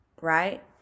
right